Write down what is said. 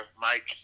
Mike